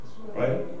right